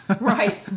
Right